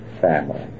family